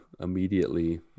immediately